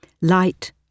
Light